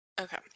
Okay